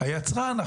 היצרן,